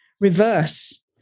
reverse